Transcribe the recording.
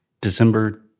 December